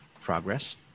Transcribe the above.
progress